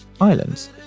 Islands